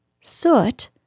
Soot